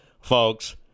Folks